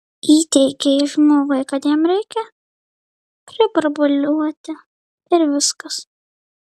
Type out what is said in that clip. įteigei žmogui kad jam reikia priburbuliuoti ir viskas